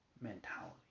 mentality